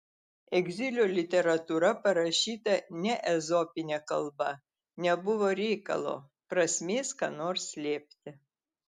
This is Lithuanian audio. egzilio literatūra parašyta ne ezopine kalba nebuvo reikalo prasmės ką nors slėpti